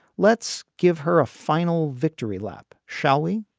let's give her a final victory lap, shall we?